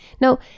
Now